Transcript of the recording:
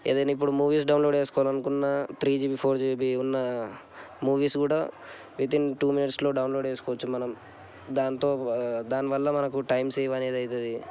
ఏదైనా ఇప్పుడు movies download చేయాలనుకున్న త్రీ జీబీ ఫోర్ జీబీ ఉన్న మూవీస్ కూడా విత్ ఇన్ టూ మినిట్స్లో డౌన్లోడ్ చేసుకోవచ్చు మనం దాంతో దానివల్ల మనకు టైం సేవ్ అనేది అవుతుంది